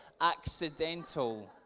accidental